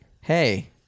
Hey